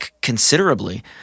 considerably